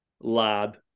lab